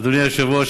אדוני היושב-ראש,